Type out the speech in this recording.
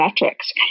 metrics